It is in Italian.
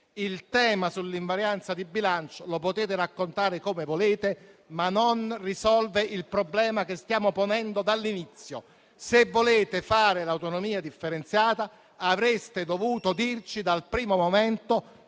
il tema sull'invarianza di bilancio lo potete raccontare come volete, ma non risolve il problema che stiamo ponendo dall'inizio: se volete fare l'autonomia differenziata avreste dovuto dirci dal primo momento